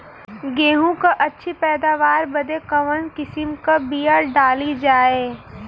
गेहूँ क अच्छी पैदावार बदे कवन किसीम क बिया डाली जाये?